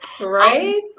right